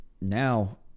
now